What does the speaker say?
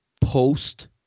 post